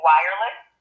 Wireless